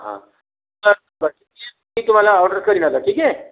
हं मी तुम्हाला ऑर्डर करीन आता ठीक आहे